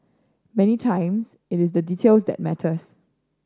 many times it is the details that matters